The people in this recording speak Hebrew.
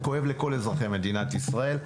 זה כואב לכל אזרחי מדינת ישראל.